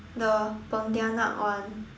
the pontianak one